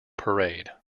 parade